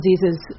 diseases